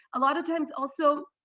a lot of times also,